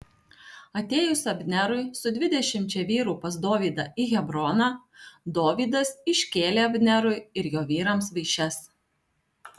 atėjus abnerui su dvidešimčia vyrų pas dovydą į hebroną dovydas iškėlė abnerui ir jo vyrams vaišes